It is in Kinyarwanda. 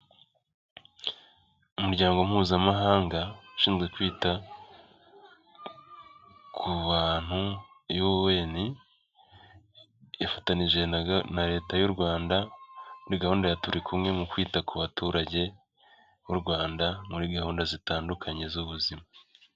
Umuryango mpuzamahanga ushinzwe kwita ku bantu UN ifatanije na leta y'u Rwanda muri gahunda ya turiku mu kwita ku baturage b'u Rwanda muri gahunda zitandukanye z'ubuzima.